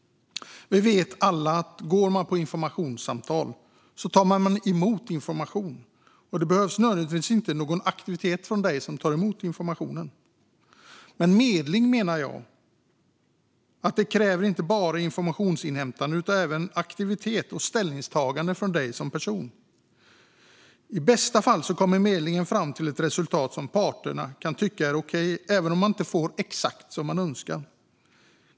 Vi vet alla att den som går på informationssamtal tar emot informationen men att det inte nödvändigtvis behövs någon aktivitet från den som tar emot informationen. Men medling, menar jag, kräver inte bara informationsinhämtande utan även aktivitet och ställningstagande från personen. I bästa fall leder medlingen fram till ett resultat som parterna kan tycka är okej även om de inte får exakt som de önskar.